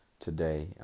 today